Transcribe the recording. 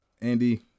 Andy